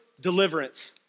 deliverance